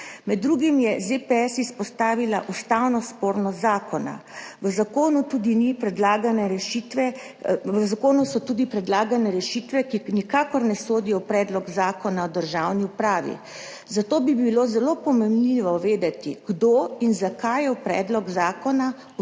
Med drugim je ZPS izpostavila ustavno spornost zakona. V zakonu so tudi predlagane rešitve, ki nikakor ne sodijo v predlog zakona o državni upravi, zato bi bilo zelo pomenljivo vedeti kdo in zakaj je v predlog zakona vtaknil